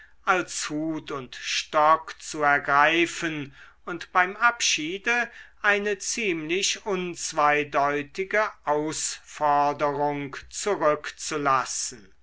als hut und stock zu ergreifen und beim abschiede eine ziemlich unzweideutige ausforderung zurückzulassen